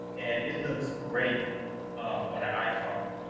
and it looks great on an iphone.